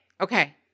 Okay